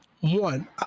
one